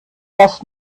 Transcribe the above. erst